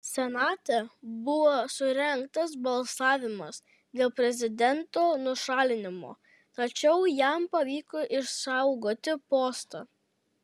senate buvo surengtas balsavimas dėl prezidento nušalinimo tačiau jam pavyko išsaugoti postą